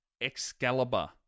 Excalibur